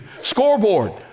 scoreboard